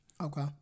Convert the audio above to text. Okay